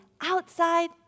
outside